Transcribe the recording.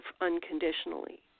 unconditionally